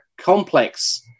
complex